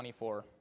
24